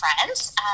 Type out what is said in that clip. friends